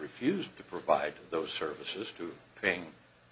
refuse to provide those services to paying